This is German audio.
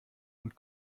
und